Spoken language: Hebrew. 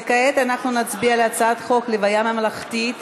וכעת אנחנו נצביע על הצעת חוק לוויה ממלכתית,